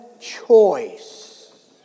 choice